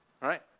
right